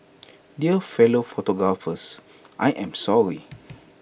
dear fellow photographers I am sorry